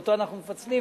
ואותו אנחנו מפצלים,